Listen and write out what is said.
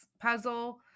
puzzle